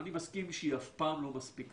אני מסכים שהיא אף פעם לא מספיקה,